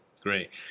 Great